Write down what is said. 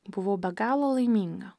buvau be galo laiminga